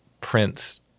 Prince